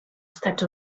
estats